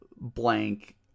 blank